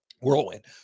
whirlwind